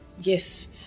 yes